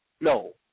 No